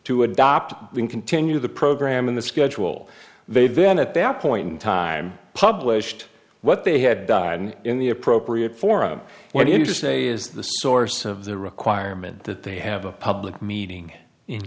to adopt and continue the program in the schedule they then at that point in time published what they had died and in the appropriate forum when in just a is the source of the requirement that they have a public meeting in